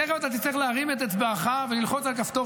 תכף אתה תצטרך להרים את אצבעך וללחוץ על כפתור